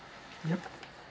yup